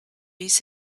his